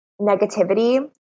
negativity